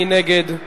מי נגד?